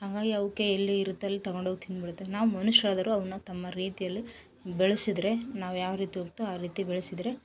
ಹಂಗಾಗಿ ಅವಕ್ಕೆ ಎಲ್ಲಿ ಇರುತ್ತೆ ಅಲ್ಲಿ ತೊಗೊಂಡು ಹೋಗಿ ತಿಂದ್ಬಿಡುತ್ತವೆ ನಾವು ಮನುಷರಾದವ್ರು ಅವನ್ನು ತಮ್ಮ ರೀತಿಯಲ್ಲಿ ಬೆಳೆಸಿದ್ರೆ ನಾವು ಯಾವ ರೀತಿ ಹೋಗ್ತೋ ಆ ರೀತಿ ಬೆಳೆಸಿದ್ರೆ